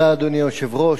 אדוני היושב-ראש,